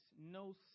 no